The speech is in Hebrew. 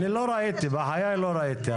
אני לא ראיתי, בחיי לא ראיתי.